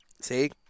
See